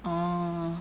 oh